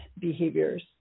behaviors